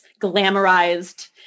glamorized